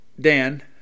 Dan